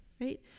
right